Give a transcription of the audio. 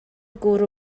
gwrw